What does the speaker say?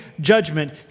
judgment